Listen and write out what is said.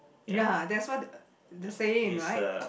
ya that's what they're saying right